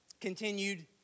continued